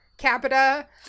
capita